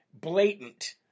blatant